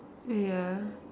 ya